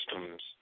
systems